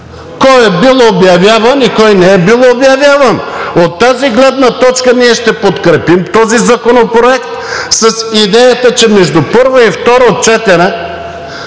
кой е бил обявяван и кой не е бил обявяван. От тази гледна точка ние ще подкрепим този законопроект с идеята, че между първо и второ четене